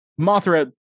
Mothra